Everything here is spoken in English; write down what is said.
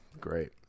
Great